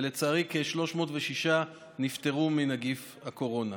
ולצערי כ-306 נפטרו מנגיף הקורונה.